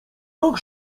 tak